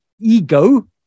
ego